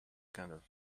candle